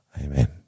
amen